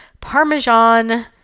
parmesan